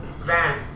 van